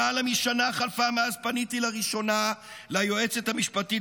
למעלה משנה חלפה מאז פניתי לראשונה ליועצת המשפטית